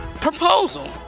proposal